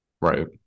right